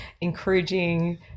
encouraging